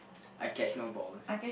I catch no balls